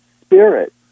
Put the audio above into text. spirit